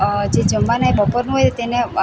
જે જમવાને બપોરનું હોય તેને